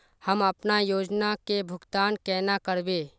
हम अपना योजना के भुगतान केना करबे?